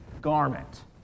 garment